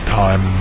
time